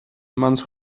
mans